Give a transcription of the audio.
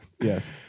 Yes